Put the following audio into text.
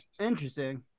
Interesting